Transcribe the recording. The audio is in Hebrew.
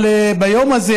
אבל ביום הזה,